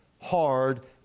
hard